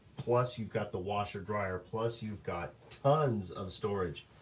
plus you've got the washer dryer. plus you've got tons of storage.